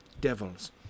devils